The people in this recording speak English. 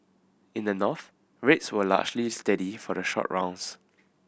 in the North rates were largely steady for the short rounds